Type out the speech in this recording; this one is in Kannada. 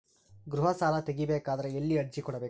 ಗೃಹ ಸಾಲಾ ತಗಿ ಬೇಕಾದರ ಎಲ್ಲಿ ಅರ್ಜಿ ಕೊಡಬೇಕು?